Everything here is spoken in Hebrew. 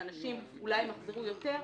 שאנשים אולי ימחזרו יותר,